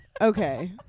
Okay